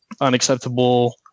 unacceptable